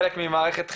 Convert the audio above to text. חלק ממערכת חינוכית,